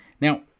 now